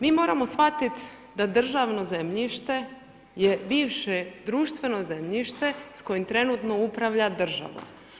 Mi moramo shvatiti da državno zemljište je bivše društveno zemljište s kojim trenutno upravlja država.